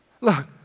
Look